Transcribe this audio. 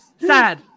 Sad